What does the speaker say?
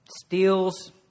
steals